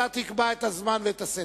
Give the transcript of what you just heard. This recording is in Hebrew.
אתה תקבע את הזמן ואת הסדר.